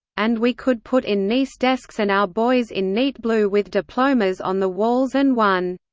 and we could put in nice desks and our boys in neat blue with diplomas on the walls and one.